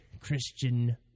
Christian